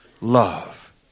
love